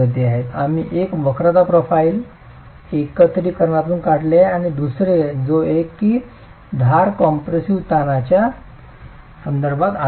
आम्ही एक वक्रता प्रोफाइल एकत्रिकरणातून काढले आहे आणि दुसरे एक जो कि धार कॉम्प्रेसिव्ह ताणच्या संदर्भात आधी लिहिले आहे